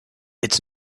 it’s